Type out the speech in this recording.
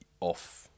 off